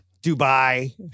Dubai